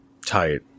Tight